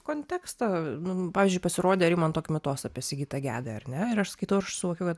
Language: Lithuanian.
kontekstą nu pavyzdžiui pasirodė rimanto kmitos apie sigitą gedą ar ne ir aš skaitau ir aš suvokiau kad